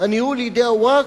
הניהול לידי הווקף,